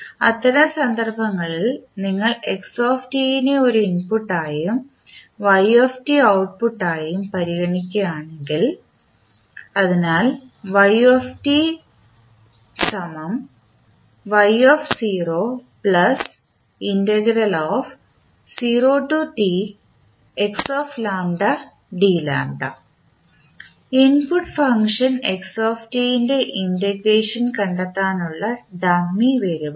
അത്തരം സന്ദർഭങ്ങളിൽ നിങ്ങൾ x നെ ഒരു ഇൻപുട്ടായും y ഔട്ട്പുട്ടായും പരിഗണിക്കുകയാണെങ്കിൽ അതിനാൽ ഇൻപുട്ട് ഫംഗ്ഷൻ x ൻറെ ഇൻറ്റഗ്രേഷൻ കണ്ടെത്താനുള്ള ഡമ്മി വേരിയബിൾ ആണ്